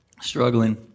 Struggling